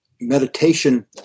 meditation